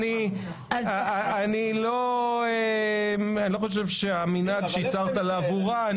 אני לא חושב שהמנהג שהצהרת עליו הוא רע.